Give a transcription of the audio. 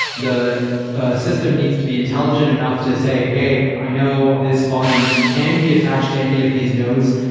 the system needs to be intelligent enough to say, hey, i know this volume can be attached to any of these nodes.